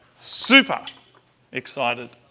super excited.